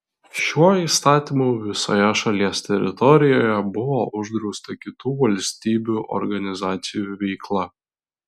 šiuo įstatymu visoje šalies teritorijoje buvo uždrausta kitų valstybių organizacijų veikla